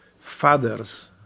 fathers